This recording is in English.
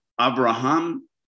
Abraham